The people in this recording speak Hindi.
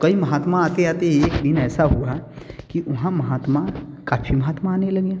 कई महात्मा आते आते एक दिन ऐसा हुआ कि वहाँ महात्मा काफ़ी महात्मा आने लगें